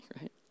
Right